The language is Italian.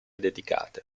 dedicate